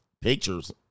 pictures